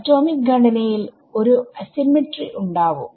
atomic ഘടന യിൽ ഒരു അസ്സിമെട്രി ഉണ്ടാവും